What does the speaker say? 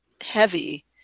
heavy